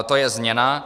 To je změna.